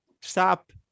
Stop